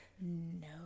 No